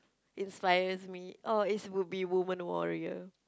inspires me oh is would be Woman-Warrior